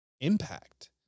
impact